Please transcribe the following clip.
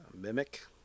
Mimic